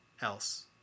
else